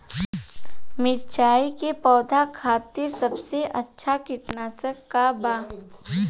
मिरचाई के पौधा खातिर सबसे अच्छा कीटनाशक का बा?